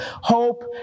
hope